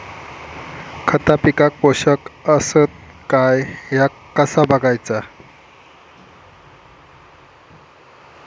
खता पिकाक पोषक आसत काय ह्या कसा बगायचा?